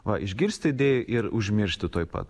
va išgirsti idėją ir užmiršti tuoj pat